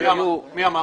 מי אמר?